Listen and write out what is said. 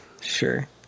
Sure